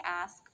ask